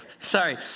sorry